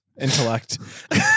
Intellect